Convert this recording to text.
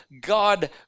God